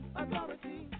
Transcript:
authority